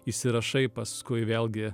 įsirašai paskui vėlgi